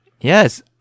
Yes